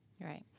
Right